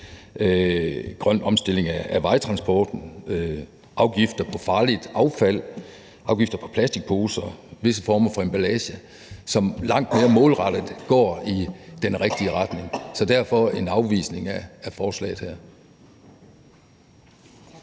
grøn omstilling af vejtransporten, afgifter på farligt affald, afgifter på plastikposer og visse former for emballage, som langt mere målrettet går i den rigtige retning. Så derfor er det en afvisning af forslaget her. Kl.